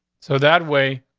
so that way,